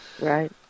Right